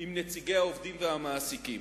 עם נציגי העובדים והמעסיקים.